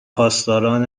پاسداران